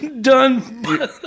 Done